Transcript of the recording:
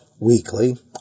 weekly